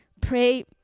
Pray